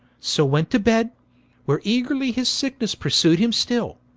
so went to bed where eagerly his sicknesse pursu'd him still,